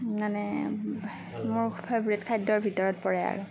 মানে মোৰ ফেভৰিত খাদ্যৰ ভিতৰত পৰে আৰু